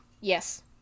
Yes